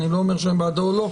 אני לא אומר שאני בעדו או לא,